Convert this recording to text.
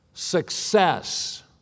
Success